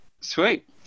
Sweet